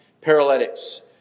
paralytics